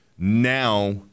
Now